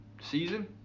season